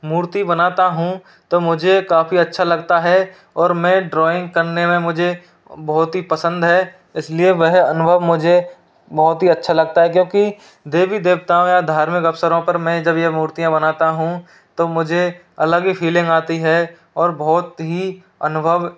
मूर्ति बनाता हूँ तो मुझे काफ़ी अच्छा लगता है और मैं ड्राॅइंग करने में मुझे बहुत ही पसंद है इसलिए वह अनुभव मुझे बहुत ही अच्छा लगता है क्योंकि देवी देवताओं या धार्मिक अवसरों पर मैं जब ये मूर्तियाँ बनाता हूँ तो मुझे अलग ही फीलिंग आती है और बहुत ही अनुभव